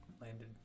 landed